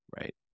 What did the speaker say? right